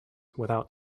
without